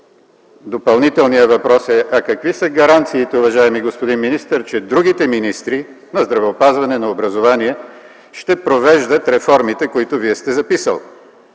допълнителният въпрос е: „А какви са гаранциите, уважаеми господин министър, че другите министри – на здравеопазването, на образованието, ще провеждат реформите, които Вие сте записал?”